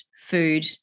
food